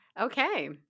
okay